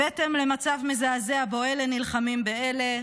הבאתם למצב מזעזע שבו אלה נלחמים באלה,